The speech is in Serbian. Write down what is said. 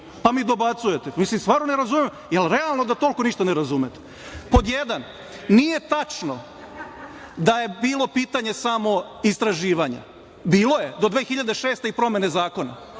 pa mi dobacujete? Mislim, stvarno ne razumem. Da li je realno da toliko ništa ne razumete? Pod jedan, nije tačno da je bilo pitanje samo istraživanja, bilo je do 2006. godine i promene zakona.